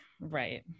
right